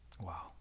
Wow